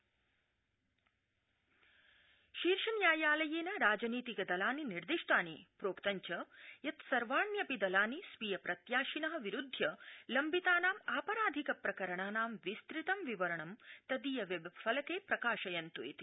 राजनीतिकदल शीर्षन्यायालय शीर्षन्यायालयेन राजनीतिक दलानि निर्दिष्टानि प्रोक्तं च यत् सर्वाण्यपि दलानि स्वीय प्रत्याशिन विरूद्धय लम्बितानां आपराधिक प्रकरणानां विस्तुतं विवरणं तदीय वेबफलके प्रकाशयन्त् हित